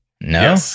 No